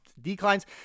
declines